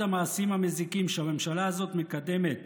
המעשים המזיקים שהממשלה הזאת מקדמת